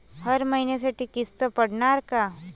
हर महिन्यासाठी किस्त पडनार का?